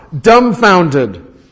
dumbfounded